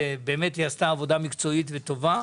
באמת היא עשתה עבודה מקצועית וטובה.